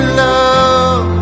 love